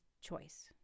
choice